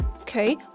Okay